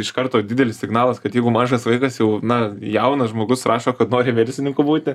iš karto didelis signalas kad jeigu mažas vaikas jau na jaunas žmogus rašo kad nori verslininku būti